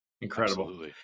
incredible